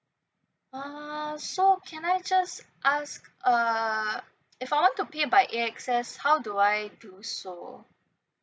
uh so can I just ask uh I if I want to pay by A_X_S how do I do so